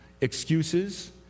Excuses